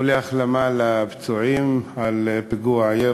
באיחולי החלמה לפצועים בפיגוע,